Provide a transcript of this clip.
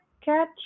catch